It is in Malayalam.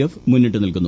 എഫ് മുന്നിട്ട് നിൽക്കുന്നു